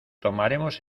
tomaremos